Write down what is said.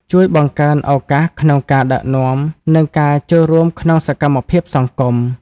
ជួយបង្កើនឱកាសក្នុងការដឹកនាំ និងការចូលរួមក្នុងសកម្មភាពសង្គម។